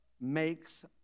makes